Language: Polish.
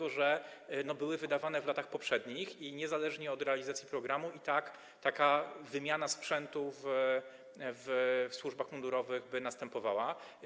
One były wydawane w latach poprzednich i niezależnie od realizacji programu taka wymiana sprzętu w służbach mundurowych by następowała.